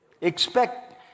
Expect